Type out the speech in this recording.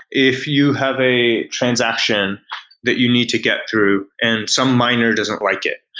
if you have a transaction that you need to get through and some miner doesn't like it,